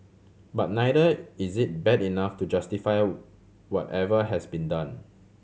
but neither is it bad enough to justify whatever has been done